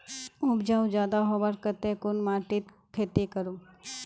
उपजाऊ ज्यादा होबार केते कुन माटित खेती करूम?